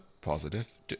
positive